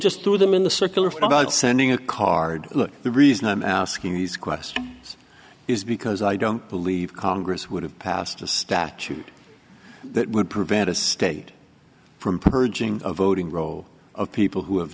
just threw them in the circular file by sending a card look the reason i'm asking these questions is because i don't believe congress would have passed a statute that would prevent a state from purging the voting rolls of people who have